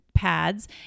pads